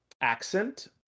accent